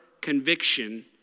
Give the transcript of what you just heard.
conviction